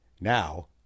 Now